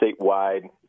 statewide